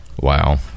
wow